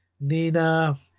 Nina